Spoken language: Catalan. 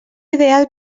ideal